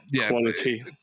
Quality